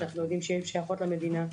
שאנחנו יודעים שהן שייכות למדינה,